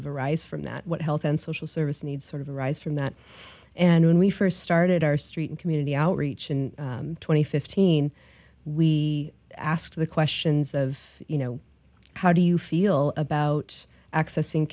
of arise from that what health and social services needs sort of arise from that and when we first started our street and community outreach in twenty fifteen we asked the questions of you know how do you feel about accessing